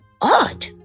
odd